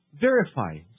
verifying